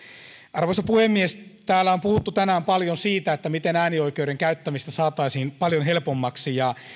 arvoisa puhemies täällä on puhuttu tänään paljon siitä miten äänioikeuden käyttämistä saataisiin paljon helpommaksi